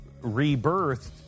rebirthed